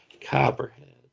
Copperhead